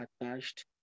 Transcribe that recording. attached